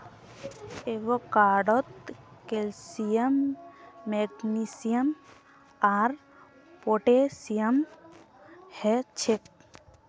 एवोकाडोत calcium magnesium आर potassium हछेक